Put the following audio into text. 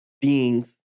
beings